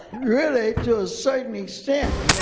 really to a certain extent.